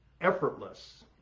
effortless